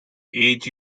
age